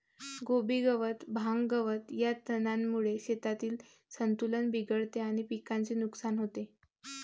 कोबी गवत, भांग, गवत या तणांमुळे शेतातील संतुलन बिघडते आणि पिकाचे नुकसान होते